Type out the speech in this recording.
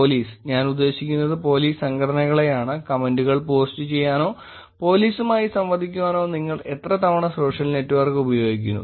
police ഞാൻ ഉദ്ദേശിക്കുന്നത് police സംഘടനകളെയാണ് കമന്റുകൾ പോസ്റ്റുചെയ്യാനോ പോലീസുമായി സംവദിക്കാനോ നിങ്ങൾ എത്ര തവണ സോഷ്യൽ നെറ്റ്വർക്ക് ഉപയോഗിക്കുന്നു